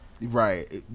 Right